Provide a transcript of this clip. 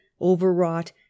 overwrought